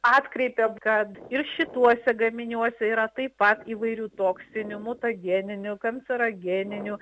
atkreipė kad ir šituose gaminiuose yra taip pat įvairių toksinių mutageninių kancerogeninių